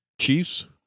Chiefs